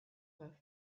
have